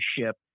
ship